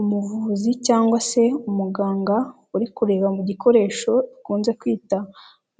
Umuvuzi cyangwa se umuganga uri kureba mu gikoresho akunze kwita